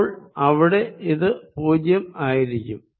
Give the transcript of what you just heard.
അപ്പോൾ അവിടെ ഇത് പൂജ്യമായിരിക്കും